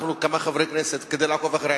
הלכנו כמה חברי כנסת כדי לעקוב אחריהם,